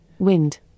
Wind